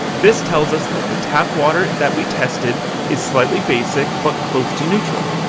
this tells us that the tap water that we tested is slightly basic but close to neutral.